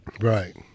Right